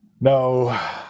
no